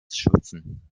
schwitzen